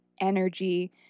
energy